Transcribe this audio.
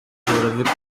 mukura